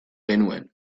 genuen